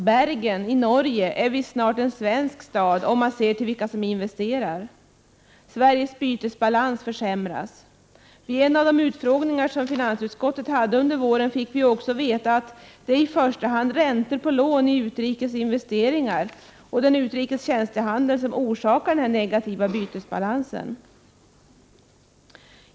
Bergen i Norge är visst snart en svensk stad om man ser till vilka som investerar, och Sveriges bytesbalans försämras. Vid en av de utfrågningar som finansutskottet hade under våren fick vi ju också veta att det i första hand är räntor på lån i utrikes investeringar och utrikes tjänstehandel som orsakar den negativa bytesbalansen.